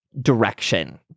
direction